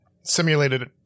simulated